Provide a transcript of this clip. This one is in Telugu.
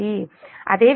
అదేవిధంగా Ic j 0